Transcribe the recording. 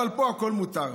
אבל פה הכול מותר.